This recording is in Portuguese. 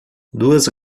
duas